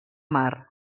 mar